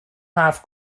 حرف